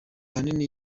ahanini